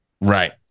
Right